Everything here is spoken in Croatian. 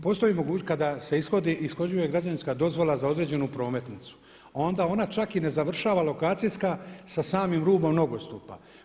Postoji mogućnost, kada se ishoduje građevinska dozvola za određenu prometnicu onda ona čak i ne završava lokacijska sa samim rubom nogostupa.